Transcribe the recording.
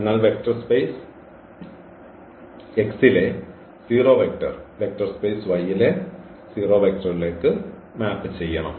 അതിനാൽ vector space X ലെ 0 vector vector space Y യിലെ 0 വെക്റ്ററിലേക്ക് മാപ്പ് ചെയ്യണം